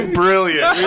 brilliant